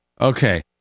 Okay